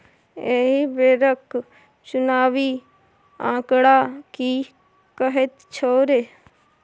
एहि बेरक चुनावी आंकड़ा की कहैत छौ रे